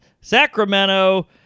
Sacramento